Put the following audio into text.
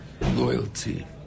loyalty